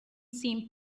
seemed